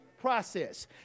process